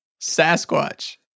Sasquatch